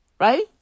Right